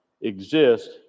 exist